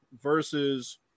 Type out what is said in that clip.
versus